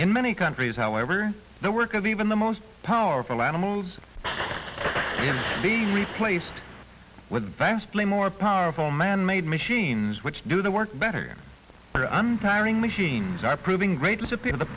in many countries however the work of even the most powerful animals be replaced with vastly more powerful manmade machines which do the work better untiring machines are proving great disappeared the